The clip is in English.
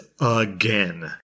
again